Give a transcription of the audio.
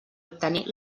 obtenir